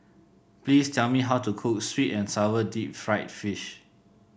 please tell me how to cook sweet and sour Deep Fried Fish